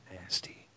Nasty